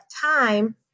time